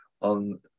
on